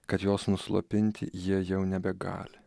kad jos nuslopinti jie jau nebegali